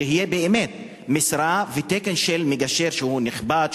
שתהיה משרה ותקן של מגשר שהוא נכבד,